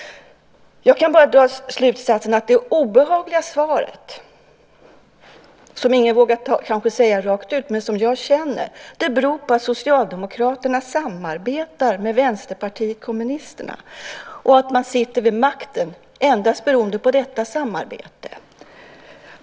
Jag kan bara dra slutsatsen att det obehagliga svaret, som ingen kanske vågar säga rakt ut men som jag känner, är att det beror på att Socialdemokraterna samarbetar med Vänsterpartiet kommunisterna och att man sitter vid makten endast beroende på detta samarbete.